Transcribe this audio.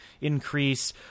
increase